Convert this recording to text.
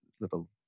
little